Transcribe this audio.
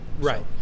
Right